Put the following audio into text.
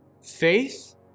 Faith